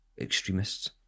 extremists